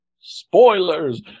Spoilers